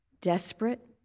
Desperate